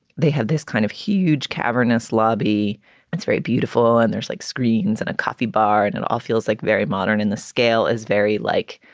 they had this kind of huge cavernous lobby that's very beautiful. and there's like screens and a coffee bar. and it all feels like very modern. and the scale is very like